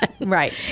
Right